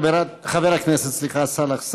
חבר הכנסת סאלח סעד,